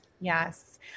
Yes